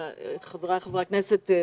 חבריי חברי הכנסת,